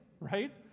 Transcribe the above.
right